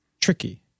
tricky